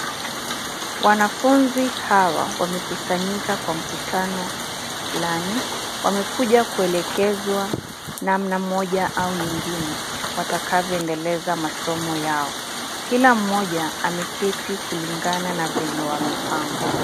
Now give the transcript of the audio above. Wanafunzi hawa wamekusanyika kwa mkutano fulani. Wamekuja kuelekezwa namna moja au nyingine watakavyoendeleza masomo yao. Kila mmoja ameketi kulingana na venye wamepangwa.